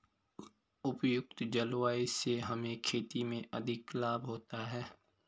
उपयुक्त जलवायु से हमें खेती में अधिक लाभ होता है